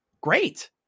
great